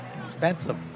Expensive